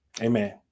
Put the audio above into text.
Amen